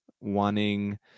wanting